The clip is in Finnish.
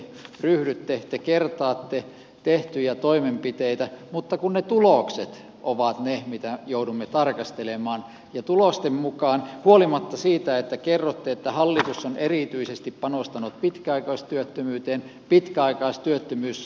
te kertaatte tehtyjä toimenpiteitä mutta ne tulokset ovat ne mitä joudumme tarkastelemaan ja tulosten mukaan huolimatta siitä että kerrotte että hallitus on erityisesti panostanut pitkäaikaistyöttömyyteen pitkäaikaistyöttömyys on lisääntynyt